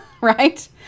right